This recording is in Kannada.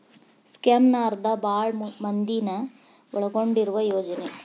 ಸ್ಕೇಮ್ನ ಅರ್ಥ ಭಾಳ್ ಮಂದಿನ ಒಳಗೊಂಡಿರುವ ಯೋಜನೆ